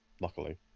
luckily